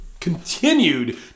continued